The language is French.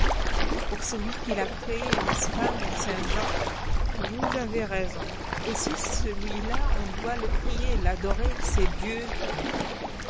pour pour celui qui l'a créé n'est-ce pas mont-saint-jean vous avez raison aussi celui-là on doit le prier l'adorer c'est dieu